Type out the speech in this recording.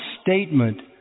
statement